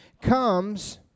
comes